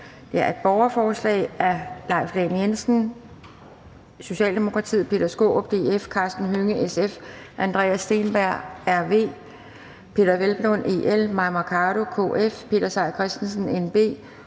det her borgerforslag om